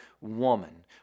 woman